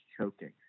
choking